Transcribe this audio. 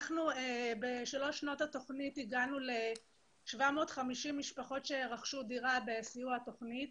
אנחנו בשלוש שנות התוכנית הגענו ל-750 משפחות שרכשו דירה בסיוע התוכנית.